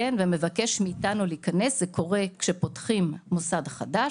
זה קורה כשפותחים מוסד חדש.